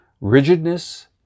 rigidness